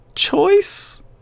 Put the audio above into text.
choice